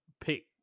pick